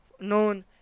known